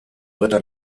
britta